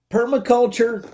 Permaculture